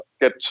get